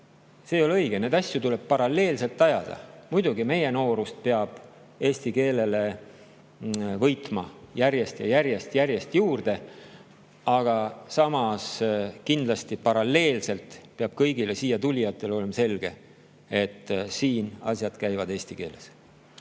see ei ole õige, neid asju tuleb paralleelselt ajada. Muidugi peab meie noorust eesti keelele võitma järjest ja järjest-järjest juurde. Aga samas, kindlasti paralleelselt peab kõigile siia tulijatele olema selge, et siin käivad asjad eesti keeles.